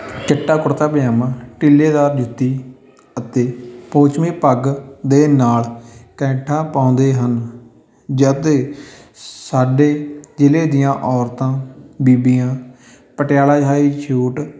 ਚਿੱਟਾ ਕੁੜਤਾ ਪਜਾਮਾ ਤਿੱਲੇਦਾਰ ਜੁੱਤੀ ਅਤੇ ਪੌਚਵੀ ਪੱਗ ਦੇ ਨਾਲ ਕੈਂਠਾ ਪਾਉਂਦੇ ਹਨ ਜਦ ਸ ਸਾਡੇ ਜ਼ਿਲ੍ਹੇ ਦੀਆਂ ਔਰਤਾਂ ਬੀਬੀਆਂ ਪਟਿਆਲਾ ਸ਼ਾਹੀ ਸੂਟ